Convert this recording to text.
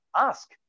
ask